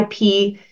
IP